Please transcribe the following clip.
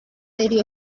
lady